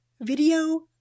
video